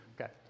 Okay